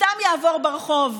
סתם יעבור ברחוב.